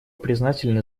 признательны